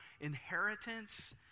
inheritance